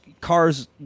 cars